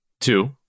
two